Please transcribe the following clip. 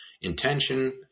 intention